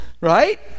right